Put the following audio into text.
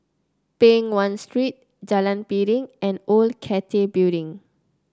Peng Nguan Street Jalan Piring and Old Cathay Building